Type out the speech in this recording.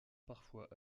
parfois